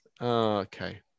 Okay